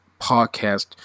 Podcast